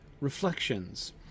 reflections